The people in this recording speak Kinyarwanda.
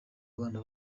abana